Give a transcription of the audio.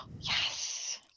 Yes